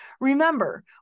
Remember